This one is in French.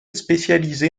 spécialisé